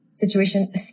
Situation